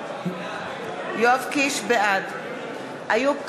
בעד איוב קרא,